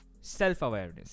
self-awareness